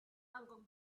uncle